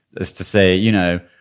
as to say you know,